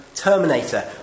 Terminator